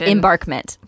Embarkment